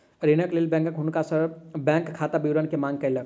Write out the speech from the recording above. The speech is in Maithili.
ऋणक लेल बैंक हुनका सॅ बैंक खाता विवरण के मांग केलक